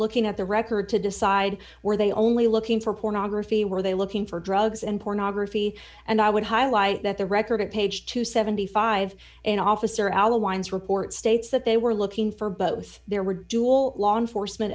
looking at the record to decide where they only looking for pornography were they looking for drugs and pornography and i would highlight that the record at page two hundred and seventy five dollars an officer out the winds report states that they were looking for both there were dual law enforcement